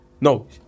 No